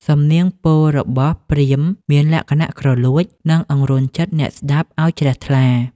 សំនៀងពោលរបស់ព្រាហ្មណ៍មានលក្ខណៈគ្រលួច និងអង្រួនចិត្តអ្នកស្ដាប់ឱ្យជ្រះថ្លា។